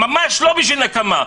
ממש לא בשביל נקמה.